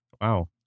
wow